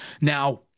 Now